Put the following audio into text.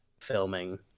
filming